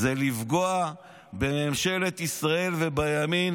זה כדי לפגוע בממשלת ישראל ובימין